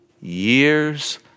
Years